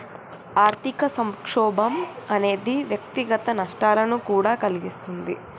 ఆర్థిక సంక్షోభం అనేది వ్యక్తిగత నష్టాలను కూడా కలిగిస్తుంది